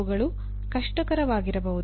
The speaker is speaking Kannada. ಅವುಗಳು ಕಷ್ಟಕರವಾಗಿರಬಹುದು